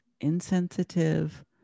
insensitive